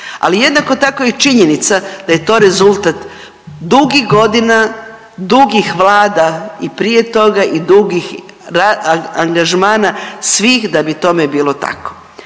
ali jednako tako je i činjenica da je to rezultat dugih godina, dugih Vlada i prije toga i dugih angažmana svih da bi tome bilo tako.